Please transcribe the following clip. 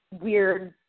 weird